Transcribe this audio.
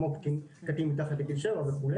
כמו קטין מתחת לגיל שבע וכו',